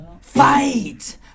Fight